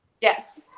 Yes